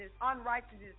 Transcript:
Unrighteousness